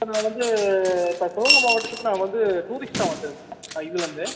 sir நான் வந்து sir Tiruvannamalai மாவட்டத்துக்கு நான் வந்து டூரிஸ்ட்டாக வந்துருக்கேன் இதுலேருந்து